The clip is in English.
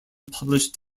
published